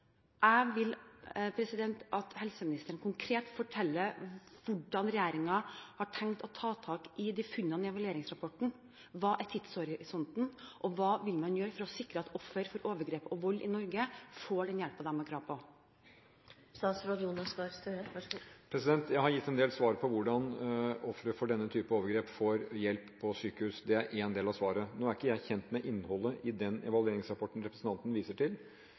Jeg vil at helseministeren konkret forteller hvordan regjeringen har tenkt å ta tak i funnene i evalueringsrapporten. Hva er tidshorisonten? Hva vil man gjøre for å sikre at ofre for vold og overgrep i Norge får den hjelpen de har krav på? Jeg har gitt en del svar på hvordan ofre for denne typen overgrep får hjelp på sykehus. Det er én del av svaret. Nå er ikke jeg kjent med innholdet i den evalueringsrapporten som representanten viser til,